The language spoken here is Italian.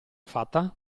fatta